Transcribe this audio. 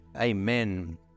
Amen